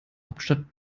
hauptstadt